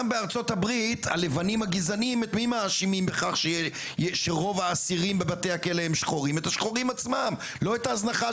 יש הבדל בין חוסר מעש, מכובדי היושב-ראש, להזנחה